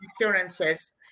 insurances